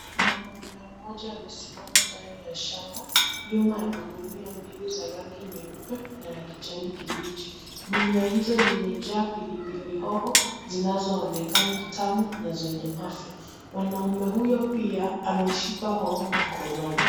Mwanaume mmoja amesimama ndani ya shamba nyuma ya magunia mbili za rangi nyeupe na ya kijani kibichi. Gunia hizo zimejaa pilipili hoho zinazoonekana tamu na zenye afya. Mwanaume huyo pia ameshika hoho mkononi.